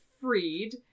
freed